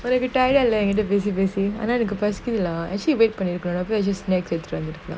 but if you tired leh individual basing and then the capacity lah actually red peninsula where is this snake creature looks like